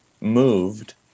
moved